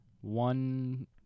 One